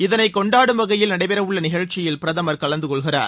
இதனை கொண்டாடும் வகையில் நடைபெற உள்ள நிகழ்ச்சியில் பிரதமர் கலந்து கொள்கிறார்